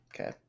Okay